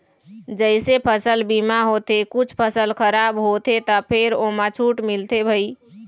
जइसे फसल बीमा होथे कुछ फसल खराब होथे त फेर ओमा छूट मिलथे भई